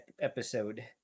episode